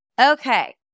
Okay